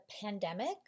pandemic